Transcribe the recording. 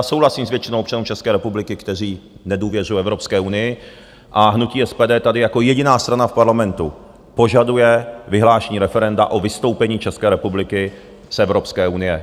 Souhlasím s většinou občanů České republiky, kteří nedůvěřují Evropské unii, a hnutí SPD tady jako jediná strana v Parlamentu požaduje vyhlášení referenda o vystoupení České republiky z Evropské unie.